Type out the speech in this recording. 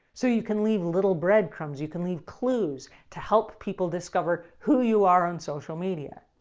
so you can leave little bread crumbs. you can leave clues to help people discover who you are on social media.